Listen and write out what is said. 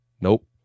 Nope